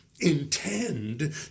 intend